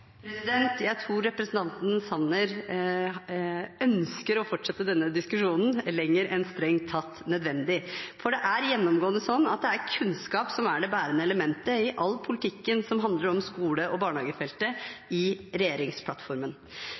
Jeg tror representanten Sanner ønsker å fortsette denne diskusjonen lenger enn strengt tatt nødvendig, for det er gjennomgående sånn at det er kunnskap som er det bærende elementet i all politikken som handler om skole- og barnehagefeltet i regjeringsplattformen.